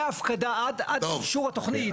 מההפקדה עד אישור התוכנית,